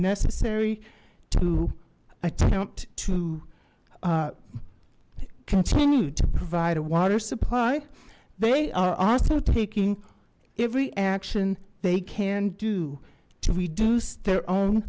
necessary to attempt to continue to provide a water supply they are also taking every action they can do to reduce their own